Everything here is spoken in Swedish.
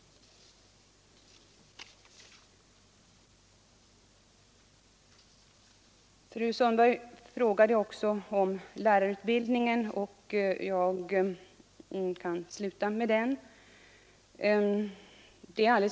Fru Sundbergs andra fråga gällde lärarutbildningen, och jag skall sluta med att säga något om den.